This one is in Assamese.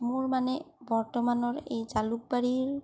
মোৰ মানে বৰ্তমানৰ এই জালুকবাৰী